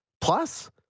Plus